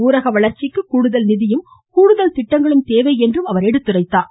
ஊரக வளர்ச்சிக்கு கூடுதல் நிதியும் கூடுதல் திட்டங்களும் தேவை என்று எடுத்துரைத்தார்